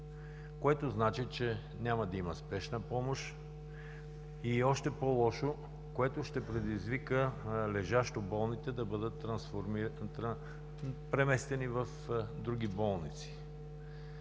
което значи, че няма да има Спешна помощ и още по-лошо, което ще предизвика лежащо болните да бъдат преместени в други болници.